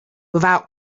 without